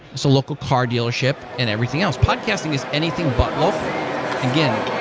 so local car dealership and everything else. podcasting is anything but local again,